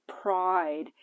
pride